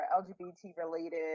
LGBT-related